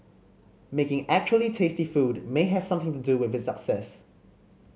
making actually tasty food may have something to do with its success